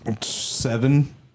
Seven